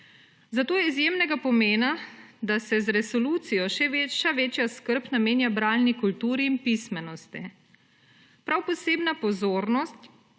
Zato je izjemnega pomena, da se z resolucijo še večja skrb namenja bralni kulturi in pismenosti. Prav posebna pozornost